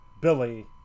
Billy